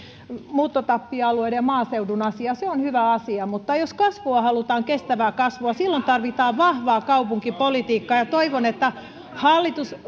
muuttotappioalueiden ja maaseudun asiaa se on hyvä asia mutta jos kestävää kasvua halutaan silloin tarvitaan vahvaa kaupunkipolitiikkaa ja ja toivon että hallitus